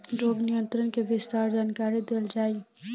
रोग नियंत्रण के विस्तार जानकरी देल जाई?